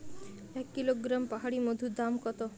এক কিলোগ্রাম পাহাড়ী মধুর দাম কত?